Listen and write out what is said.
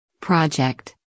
project